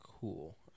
cool